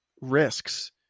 risks